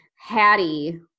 hattie